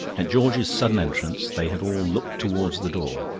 at george's sudden entrance they had all looked towards the door,